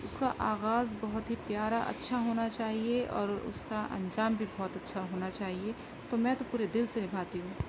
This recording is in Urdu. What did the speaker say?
اس کا آغاز بہت ہی پیارا اچھا ہونا چاہیے اور اس کا انجام بھی بہت اچھا ہونا چاہیے تو میں تو پورے دل سے نبھاتی ہوں